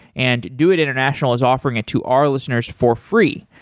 and doit international is offering it to our listeners for free.